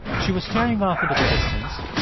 she was staring off into the distance,